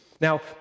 Now